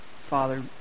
Father